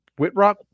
Whitrock